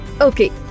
Okay